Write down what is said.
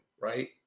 right